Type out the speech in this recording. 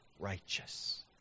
righteous